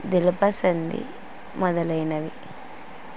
దిల్ పసంద్ మొదలైనవి